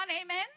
amen